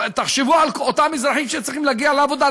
תחשבו על אותם אזרחים שצריכים להגיע לעבודה,